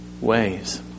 ways